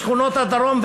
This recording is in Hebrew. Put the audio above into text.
בשכונות הדרום,